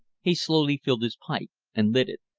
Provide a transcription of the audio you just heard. he slowly filled his pipe and lit it.